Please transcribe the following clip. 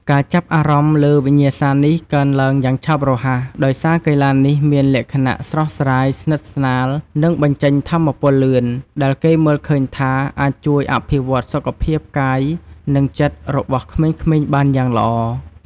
ការចាប់អារម្មណ៍លើវិញ្ញាសានេះកើនឡើងយ៉ាងឆាប់រហ័ស ដោយសារកីឡានេះមានលក្ខណៈស្រស់ស្រាយ ស្និទស្នាល និងបញ្ចេញថាមពលលឿន ដែលគេមើលឃើញថាអាចជួយអភិវឌ្ឍសុខភាពកាយនិងចិត្តរបស់ក្មេងៗបានយ៉ាងល្អ។